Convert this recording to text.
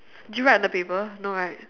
did you write on the paper no right